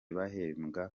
bahembwa